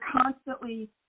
constantly